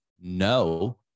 no